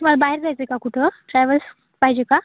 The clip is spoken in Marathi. तुम्हाला बाहेर जायचं का कुठं ट्रॅव्हल्स पाहिजे का